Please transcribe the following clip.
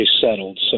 settled